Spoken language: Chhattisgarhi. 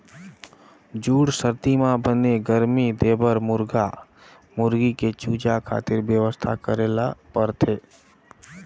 जूड़ सरदी म बने गरमी देबर मुरगा मुरगी के चूजा खातिर बेवस्था करे ल परथे